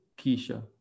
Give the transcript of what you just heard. Keisha